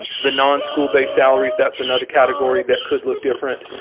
the non school big salaries, that's another category that could look different.